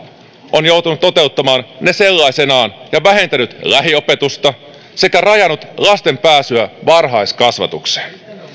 on joutunut toteuttamaan ne sellaisenaan ja vähentänyt lähiopetusta sekä rajannut lasten pääsyä varhaiskasvatukseen